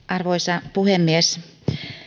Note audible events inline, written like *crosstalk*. *unintelligible* arvoisa puhemies